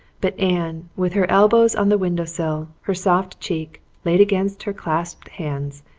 but anne, with her elbows on the window sill, her soft cheek laid against her clasped hands,